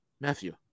Matthew